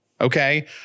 Okay